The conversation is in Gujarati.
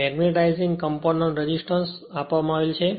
અને મેગ્નેટાઇઝિંગ કમ્પોનન્ટ રીએકટન્સ આપવામાં આવેલ છે